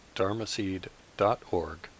dharmaseed.org